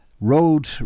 road